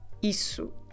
isso